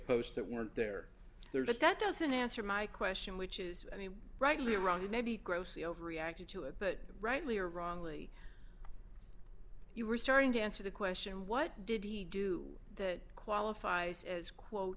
post that weren't there there but that doesn't answer my question which is i mean rightly or wrongly maybe grossly overreacted to it but rightly or wrongly you were starting to answer the question what did he do that qualifies as quote